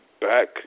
back